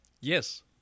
Yes